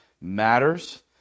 matters